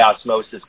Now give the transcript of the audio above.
osmosis